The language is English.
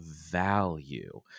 value